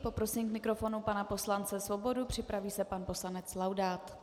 Poprosím k mikrofonu pana poslance Svobodu, připraví se pan poslanec Laudát.